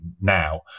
now